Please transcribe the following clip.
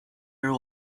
your